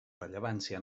rellevància